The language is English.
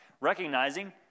recognizing